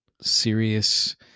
serious